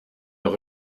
mehr